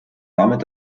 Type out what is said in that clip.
damit